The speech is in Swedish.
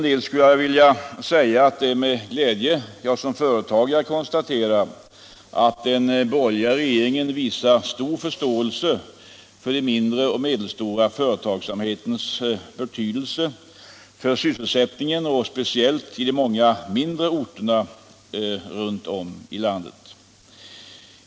Det är med glädje jag som företagare konstaterar att den borgerliga regeringen visar stor förståelse för den mindre och medelstora företagsamhetens betydelse för sysselsättningen i stort och speciellt för sysselsättningen i de många mindre orterna runt om i landet.